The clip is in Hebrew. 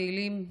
תהילים,